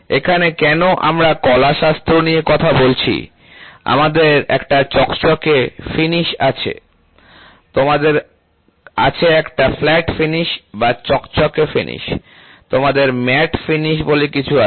এখানে কেন আমরা কলাশাস্ত্র নিয়ে কথা বলছি আমাদের একটা চকচকে ফিনিশ আছে তোমাদের আছে একটা ফ্ল্যাট ফিনিশ বা চকচকে ফিনিশ তোমাদের ম্যাট ফিনিশ বলে কিছু আছে